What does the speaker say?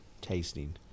Tasting